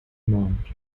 amount